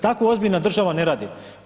Tako ozbiljna država ne radi.